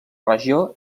regió